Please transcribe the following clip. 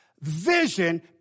vision